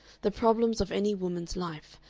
the problems of any woman's life,